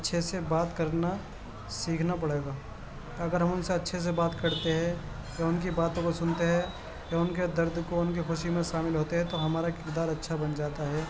اچھے سے بات کرنا سیکھنا پڑے گا اگر ہم ان سے اچھے سے بات کرتے ہیں یا ان کی باتوں کو سنتے ہیں یا ان کے درد کو ان کی خوشی میں شامل ہوتے ہیں تو ہمارا کردار اچھا بن جاتا ہے